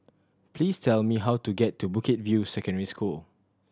please tell me how to get to Bukit View Secondary School